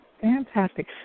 Fantastic